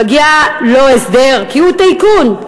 מגיע לו הסדר כי הוא טייקון,